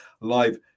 live